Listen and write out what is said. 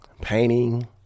painting